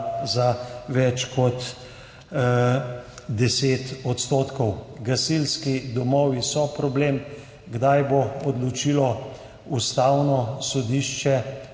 za več kot 10 %. Gasilski domovi so problem. Kdaj bo odločilo Ustavno sodišče